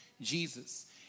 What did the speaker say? Jesus